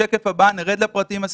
בשקף הבא נרד לפרטים הספציפיים.